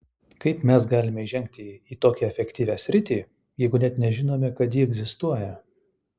kaip mes galime įžengti į tokią efektyvią sritį jeigu net nežinome kad ji egzistuoja